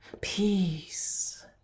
Peace